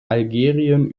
algerien